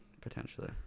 potentially